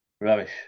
Rubbish